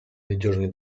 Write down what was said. надежный